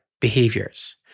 behaviors